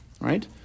Right